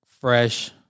fresh